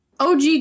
OG